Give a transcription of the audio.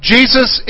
Jesus